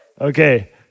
Okay